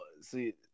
see